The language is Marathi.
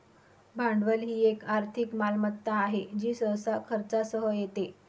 भांडवल ही एक आर्थिक मालमत्ता आहे जी सहसा खर्चासह येते